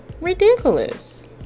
ridiculous